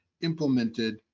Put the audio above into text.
implemented